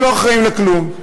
הם לא אחראים לכלום.